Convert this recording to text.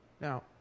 Now